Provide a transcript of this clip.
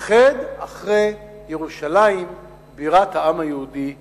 תתאחד מאחורי ירושלים בירת העם היהודי כולו.